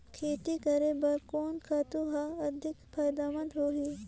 खेती करे बर कोन खातु हर अधिक फायदामंद होही?